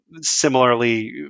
Similarly